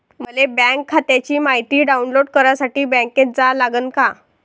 मले बँक खात्याची मायती डाऊनलोड करासाठी बँकेत जा लागन का?